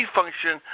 function